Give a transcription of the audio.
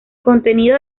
contenido